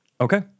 Okay